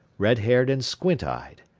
red-haired and squint-eyed.